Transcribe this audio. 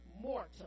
mortal